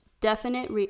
definite